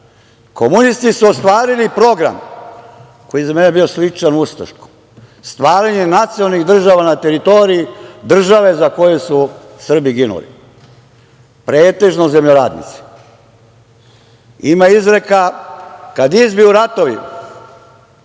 rata. Komunisti su ostvarili program koji je za mene bio sličan ustaškom - stvaranje nacionalnih država na teritoriji države za koju su Srbi ginuli, pretežno zemljoradnici. Ima izreka - kad izbiju ratovi,